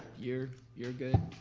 you're you're good.